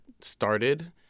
started